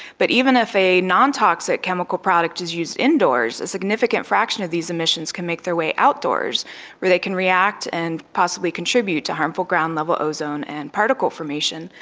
but even if a non-toxic chemical product is used indoors, a significant fraction of these emissions can make their way outdoors where they can react and possibly contribute to harmful ground layer ozone and particle formation.